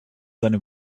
seine